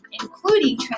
including